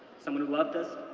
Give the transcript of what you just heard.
someone who loved us,